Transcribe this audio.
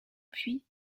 puits